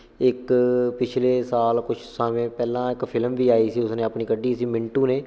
ਇਕ ਪਿਛਲੇ ਸਾਲ ਕੁਝ ਸਮੇਂ ਪਹਿਲਾਂ ਇੱਕ ਫਿਲਮ ਵੀ ਆਈ ਸੀ ਉਸਨੇ ਆਪਣੀ ਕੱਢੀ ਸੀ ਮਿੰਟੂ ਨੇ